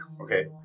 Okay